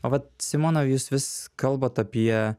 o vat simona jūs vis kalbat apie